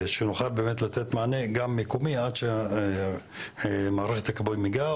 שנוכל באמת לתת מענה גם מקומי עד שמערכת הכיבוי מגיעה.